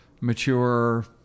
mature